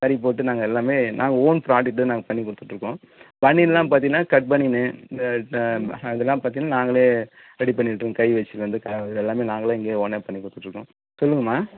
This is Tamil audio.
தறி போட்டு நாங்கள் எல்லாமே நாங்கள் ஓன் ப்ராடக்ட்டு நாங்கள் பண்ணி கொடுத்துட்ருக்கோம் பனியன்லாம் பார்த்தீங்கன்னா கட் பனியனு இந்த இதெல்லாம் பார்த்திங்கன்னா நாங்களே ரெடி பண்ணிகிட்ருக்கோம் கை வச்சிலருந்து கால் இது எல்லாமே நாங்களே இங்கே ஒனாக பண்ணி கொடுத்துட்ருக்கோம் சொல்லுங்கம்மா